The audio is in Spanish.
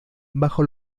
bajo